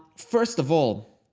first of all,